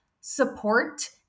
support